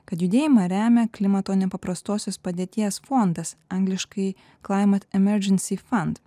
kad judėjimą remia klimato nepaprastosios padėties fondas angliškai climate emergency found